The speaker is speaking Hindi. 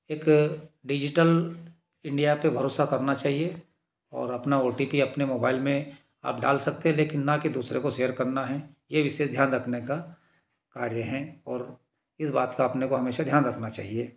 एक डिज़िटल इंडिया पर भरोसा करना चाहिये और अपना ओ टी पी अपने मोबाईल में आप डाल सकते है लेकिन न कि दूसरे को शेयर करना है यह विशेष ध्यान रखने का कार्य है और इस बात का अपने को हमेशा ध्यान रखना चाहिए